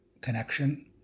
Connection